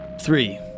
Three